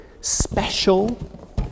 Special